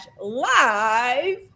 live